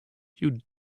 you